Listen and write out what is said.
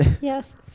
Yes